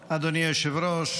היושב-ראש,